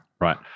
Right